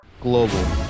Global